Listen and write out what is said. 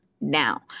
now